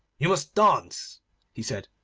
you must dance he said,